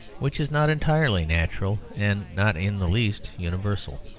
which is not entirely natural and not in the least universal.